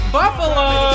buffalo